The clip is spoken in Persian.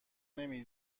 نمی